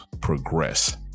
progress